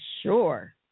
sure